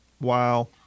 Wow